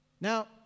Now